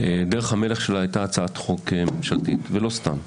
דרך המלך שלה הייתה הצעת חוק ממשלתית ולא סתם.